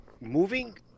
moving